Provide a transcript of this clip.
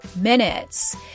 minutes